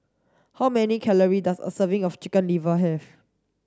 how many calories does a serving of chicken liver have